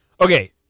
Okay